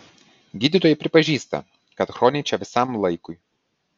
gydytojai pripažįsta kad chroniai čia visam laikui